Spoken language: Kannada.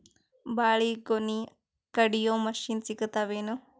ಬಾಳಿಗೊನಿ ಕಡಿಯು ಮಷಿನ್ ಸಿಗತವೇನು?